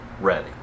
ready